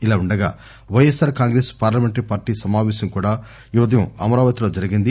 ఇలా ఉండగా YSR Congress parliamentary party సమాపేశం కూడా ఈ ఉదయం అమరావతి లో జరిగింది